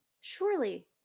Surely